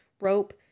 rope